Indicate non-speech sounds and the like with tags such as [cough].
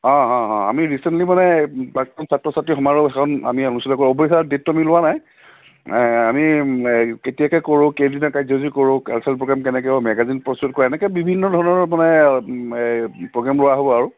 অঁ অঁ আমি ৰিচেণ্টলি মানে প্ৰাক্তন ছাত্ৰ ছাত্ৰী সমাৰোহ এখন আমি অনুষ্ঠিত [unintelligible] ডেটটো আমি লোৱা নাই আমি কেতিয়াকে কৰোঁ [unintelligible] কৰোঁ কালচাৰেল প্ৰগ্ৰেম কেনেকে মেগাজিন প্ৰস্তুত কৰা এনেকে বিভিন্ন ধৰণৰ মানে প্ৰগ্ৰেম লোৱা হ'ব আৰু